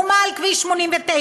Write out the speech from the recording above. ומה על כביש 89,